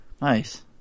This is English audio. nice